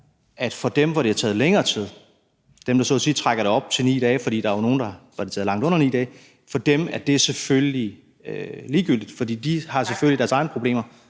at for dem, hvor det har taget længere tid – dem, der så at sige trækker tiden op til 9 dage, for der er jo nogle, for hvem det har taget langt under 9 dage – er det selvfølgelig ligegyldigt, for de har deres egne problemer